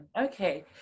okay